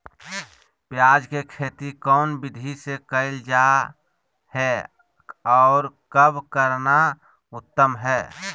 प्याज के खेती कौन विधि से कैल जा है, और कब करना उत्तम है?